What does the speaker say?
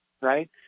right